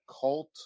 cult